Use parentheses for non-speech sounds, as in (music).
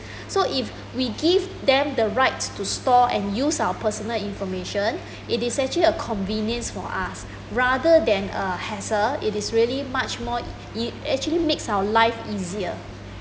(breath) so if we give them the rights to store and use our personal information (breath) it is actually a convenience for us (breath) rather than a hassle it is really much more ea~ it actually makes our life easier